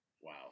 Wow